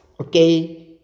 Okay